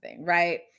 right